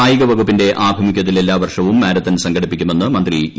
കായിക വകുപ്പിന്റെ ആഭിമുഖൃത്തിൽ എല്ലാ വർഷവും മാരത്തൺ സംഘടിപ്പിക്കുമെന്ന് മന്ത്രി ഇ